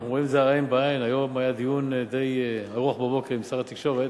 היום היה דיון די ארוך, בבוקר, עם שר התקשורת.